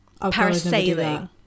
parasailing